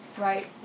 right